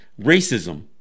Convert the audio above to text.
racism